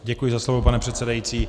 Děkuji za slovo, pane předsedající.